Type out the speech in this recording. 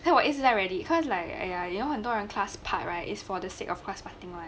then I ease it already cause like !aiya! you know 很多人 class park right is for the sake of course parking lah